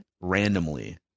randomly